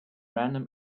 random